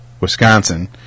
Wisconsin